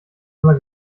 immer